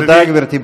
תודה, גברתי.